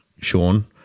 sean